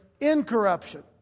incorruption